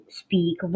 speak